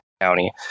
County